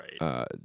Right